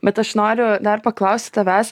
bet aš noriu dar paklausti tavęs